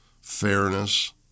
fairness